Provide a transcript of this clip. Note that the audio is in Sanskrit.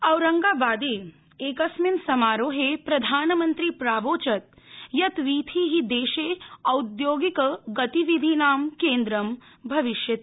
औरंगाबादे एकस्मिन् समारोहे प्रधानमंत्री प्रावोचत् यत् वीथि देशे औद्योगिक गतिविधीनां केन्द्रं भविष्यति